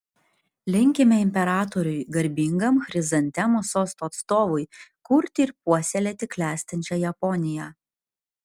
linkime imperatoriui garbingam chrizantemų sosto atstovui kurti ir puoselėti klestinčią japoniją